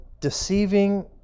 deceiving